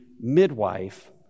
midwife